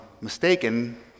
mistaken